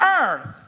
earth